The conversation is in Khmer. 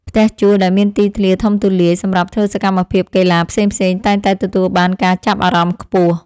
ផ្ទះជួលដែលមានទីធ្លាធំទូលាយសម្រាប់ធ្វើសកម្មភាពកីឡាផ្សេងៗតែងតែទទួលបានការចាប់អារម្មណ៍ខ្ពស់។